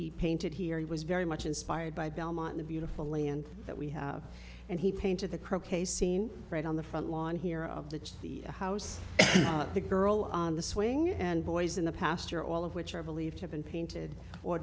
he painted here he was very much inspired by belmont the beautiful land that we have and he painted the croquet scene right on the front lawn here of the house the girl on the swing and boys in the past year all of which are believed to have been painted or